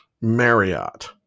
Marriott